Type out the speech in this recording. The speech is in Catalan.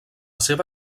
seva